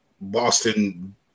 Boston